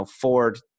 Ford